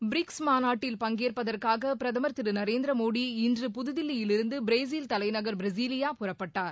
BRICS மாநாட்டில் பங்கேற்பதற்காக பிரதமர் திரு நரேந்திர மோடி இன்று புதுதில்லியில் இருந்து பிரேசில் தலைநகர் பிரஸிலியா புறப்பட்டார்